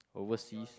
overseas